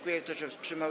Kto się wstrzymał?